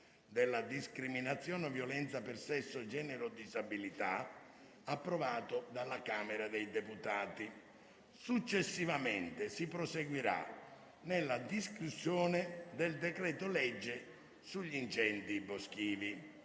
della discriminazione o violenza per sesso, genere o disabilità, approvato dalla Camera dei deputati. Successivamente si proseguirà nella discussione del decreto-legge sugli incendi boschivi.